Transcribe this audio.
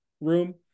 room